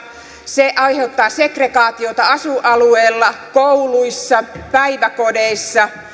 se aiheuttaa segregaatiota asuinalueilla kouluissa päiväkodeissa